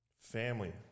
Family